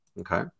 okay